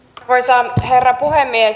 arvoisa herra puhemies